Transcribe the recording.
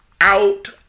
out